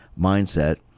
mindset